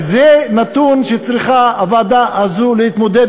וזה נתון שהוועדה הזאת צריכה להתמודד